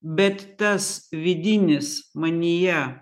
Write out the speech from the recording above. bet tas vidinis manyje